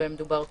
שבהן דובר קודם,